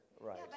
right